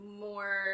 more